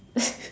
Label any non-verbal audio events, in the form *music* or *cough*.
*laughs*